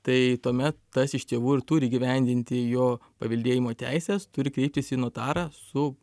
tai tuomet tas iš tėvų ir turi įgyvendinti jo paveldėjimo teises turi kreiptis į notarą su